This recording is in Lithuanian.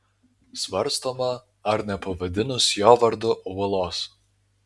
svarstoma ar nepavadinus jo vardu uolos